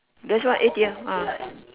that's why A_T_M ah